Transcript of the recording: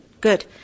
Good